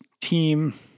team